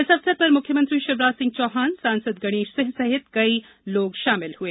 इस अवसर पर मुख्यमंत्री शिवराज सिंह चौहान सांसद गणेश सिंह सहित कई गणमान्य लोग शामिल हुए